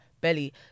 belly